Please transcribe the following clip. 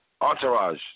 Entourage